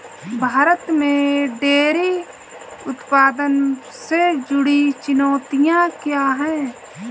भारत में डेयरी उत्पादन से जुड़ी चुनौतियां क्या हैं?